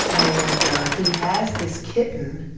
and he has this kitten.